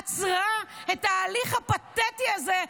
עצרה את ההליך הפתטי הזה,